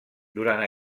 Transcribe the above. durant